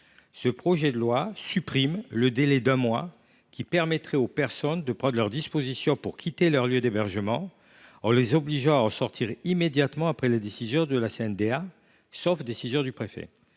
Ce projet de loi supprime le délai d’un mois, qui permettrait aux personnes de prendre leurs dispositions pour quitter leur lieu d’hébergement, en les obligeant à en sortir immédiatement après la décision de la CNDA, sauf décision du préfet.